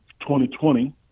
2020